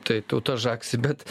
tai tauta žagsi bet